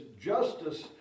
justice